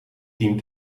tien